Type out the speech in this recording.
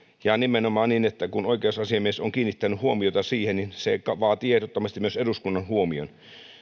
ja nimenomaan kun oikeusasiamies on kiinnittänyt huomiota siihen se vaatii ehdottomasti myös eduskunnan huomion